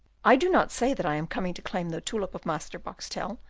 i do not say that i am coming to claim the tulip of master boxtel,